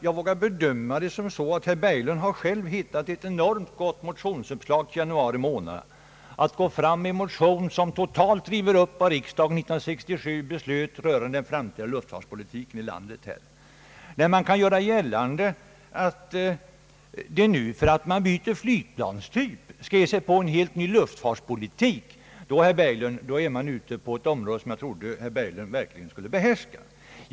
Jag vågar bedöma det så, att herr Berglund har hittat ett enormt gott motionsuppslag till januari månad, nämligen att gå fram med en motion om att totalt riva upp vad riksdagen 1967 beslöt rörande den framtida luftfartspolitiken här i landet. Om man gör gällande att vi nu för att SAS byter flygplanstyp skall ge oss på en helt ny luftfartspolitik är man, herr Berglund, inne på ett område som jag trodde att herr Berglund verkligen skulle behärska.